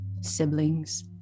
siblings